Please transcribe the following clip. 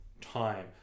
time